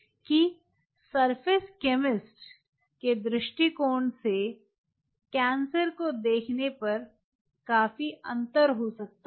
कि surface chemist के दृष्टिकोण से कैंसर को देखने पर काफी अंतर हो सकता है